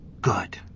Good